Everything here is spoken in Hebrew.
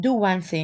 Do one thing